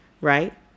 right